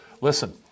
Listen